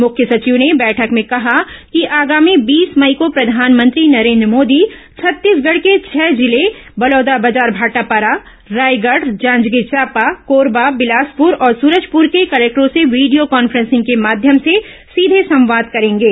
मुख्य सचिव ने बैठक में कहा कि आगामी बीस मई को प्रधानमंत्री नरेन्द्र मोदी छत्तीसगढ के छह जिले बलौदाबाजार भाटापारा रायगढ़ जांजगीर चांपा कोरबा बिलासपुर और सूरजपुर के कलेक्टरों से वीडियो कॉन्फ्रेंसिंग के माध्यम से सीधे संवाद करेंगे